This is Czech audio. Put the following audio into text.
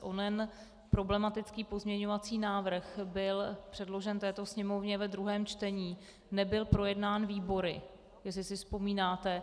Onen problematický pozměňovací návrh byl předložen této Sněmovně ve druhém čtení, nebyl projednán výbory, jestli si vzpomínáte.